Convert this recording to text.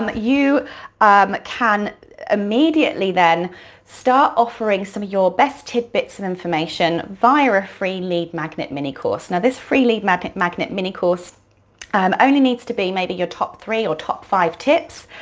um you um can immediately then start offering some of your best tidbits of information via a free lead magnet mini-course. now this free lead magnet magnet mini-course um only needs to be maybe your top three or top five tips,